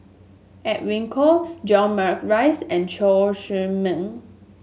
Edwin Koek John Morrice and Chew Chor Meng